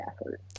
effort